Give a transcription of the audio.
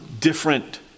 different